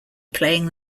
playing